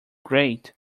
great